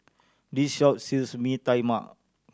this shop sells Mee Tai Mak